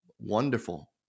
wonderful